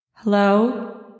Hello